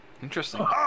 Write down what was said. Interesting